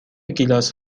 گیلاس